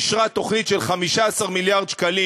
אישרה תוכנית של 15 מיליארד שקלים,